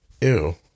Ew